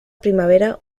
primavera